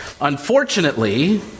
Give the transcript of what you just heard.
unfortunately